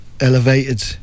elevated